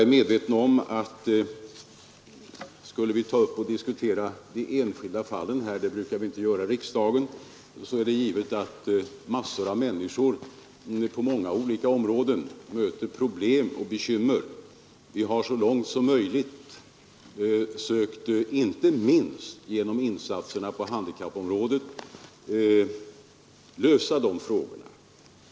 Vi brukar ju inte ta upp de enskilda fallen till diskussion i riksdagen, men det är givet att massor av människor på många olika områden möter problem och bekymmer. Vi har så långt som möjligt — inte minst genom insatserna på handikappområdet — sökt lösa de frågorna.